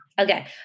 Okay